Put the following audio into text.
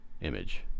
image